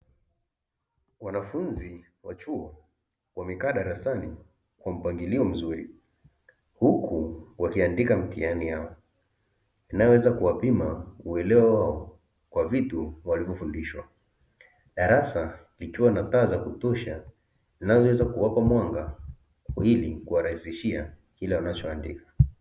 Wanafunzi wa chuo wamekaa darasani kwa mpangilio mzuri, huku wakiandika mitihani yao, inayoweza kuwapima uelewa wao kwa vitu walivyofundishwa. Darasa likiwa na taa za kutosha zinazoweza kuwapa mwanga, ili kuwarahisishia kile wanachoandika.